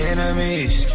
Enemies